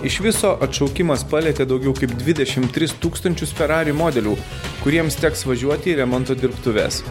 iš viso atšaukimas palietė daugiau kaip dvidešim tris tūkstančius ferrari modelių kuriems teks važiuoti į remonto dirbtuves